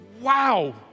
Wow